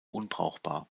unbrauchbar